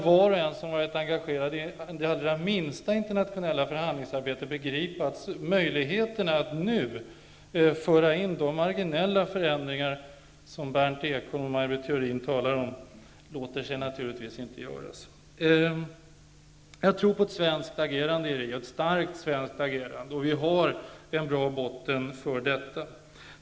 Var och en som har varit aldrig så litet engagerade i internationellt förhandlingsarbete begriper att möjligheterna att nu föra in de marginella förändringar som Berndt Ekholm och Maj Britt Theorin talar om är obefintliga. Jag tror på ett svenskt agerande i Rio -- ett starkt svenskt agerande. Vi har en bra grund för detta.